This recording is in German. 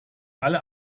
alle